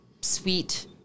sweet